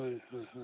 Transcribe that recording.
হয় হয় হয়